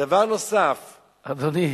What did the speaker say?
דבר נוסף, אדוני,